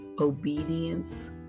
obedience